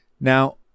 Now